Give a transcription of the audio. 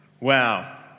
Wow